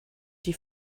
die